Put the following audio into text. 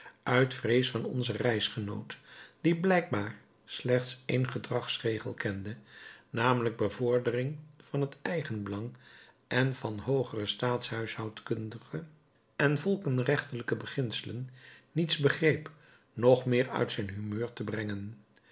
uit vrees van onzen reisgenoot die blijkbaar slechts éénen gedragsregel kende namelijk bevordering van het eigenbelang en van hoogere staathuishoudkundige en volkenrechtelijke beginselen niets begreep nog meer uit zijn humeur te brengen